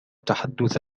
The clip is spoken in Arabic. تحدث